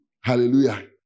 hallelujah